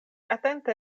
atente